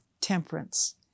temperance